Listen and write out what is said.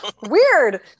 Weird